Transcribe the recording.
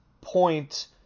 point